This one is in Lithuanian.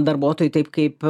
darbuotojui taip kaip